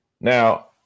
now